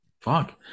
fuck